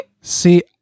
See